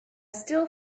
still